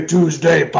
Tuesday